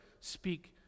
speak